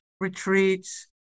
retreats